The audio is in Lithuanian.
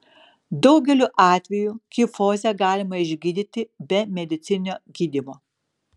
daugeliu atvejų kifozę galima išgydyti be medicininio gydymo